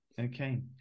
Okay